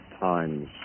times